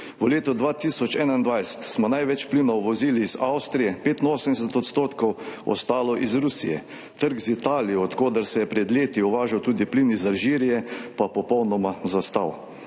V letu 2021 smo največ plinov uvozili iz Avstrije, 85 %, ostalo iz Rusije. Trg z Italijo, od koder se je pred leti uvažal tudi plin iz Alžirije, pa je popolnoma zastal.